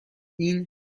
این